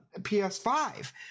PS5